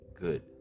good